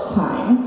time